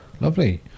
lovely